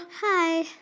Hi